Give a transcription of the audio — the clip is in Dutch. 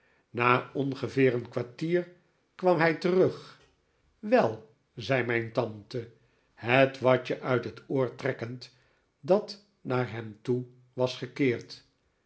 na ongeveer een kwartier kwam hij terug wel zei mijn tante het watje uit het oor trekkend dat naar hem toe was gekeerd